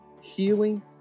healing